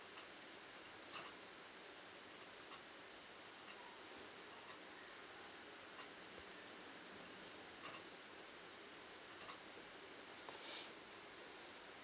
okay